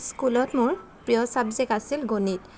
স্কুলত মোৰ প্ৰিয় ছাবজেক্ট আছিল গণিত